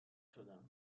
شدم